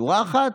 שורה אחת.